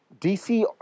DC